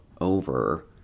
over